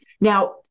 Now